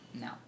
No